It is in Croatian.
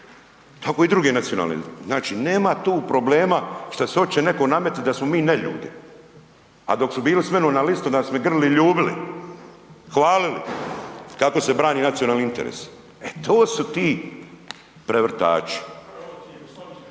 Tako i druge nacionalne. Znači nema tu problema šta se hoće neko nametnut da smo mi neljudi. A dok su bili s menom na listi, onda su me grlili i ljubili. Hvalili kako se brani nacionalni interes. E to su ti prevrtači.